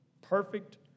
perfect